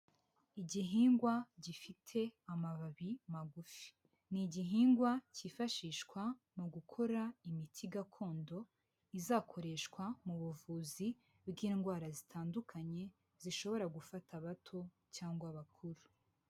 Igihingwa gifite amababi magufi. Ni igihingwa cyifashishwa mu gukora imiti gakondo izakoreshwa mu buvuzi bw'indwara zitandukanye, zishobora gufata abato cyangwa abakuru.